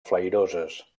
flairoses